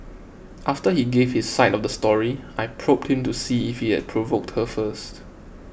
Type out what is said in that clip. after he gave his side of the story I probed him to see if he had provoked her first